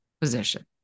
position